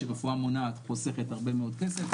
שרפואה מונעת חוסכת הרבה מאוד כסף,